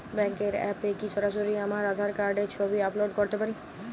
ব্যাংকের অ্যাপ এ কি সরাসরি আমার আঁধার কার্ড র ছবি আপলোড করতে পারি?